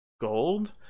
gold